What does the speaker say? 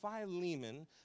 Philemon